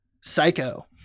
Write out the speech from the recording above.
Psycho